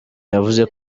yavuze